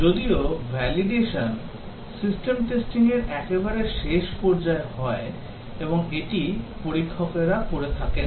যদিও validation system testing র একেবারে শেষ পর্যায়ে হয় এবং এটা পরীক্ষকরা করে থাকেন